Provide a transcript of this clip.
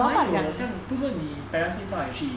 我本来以为好像不是你 parents 是叫你去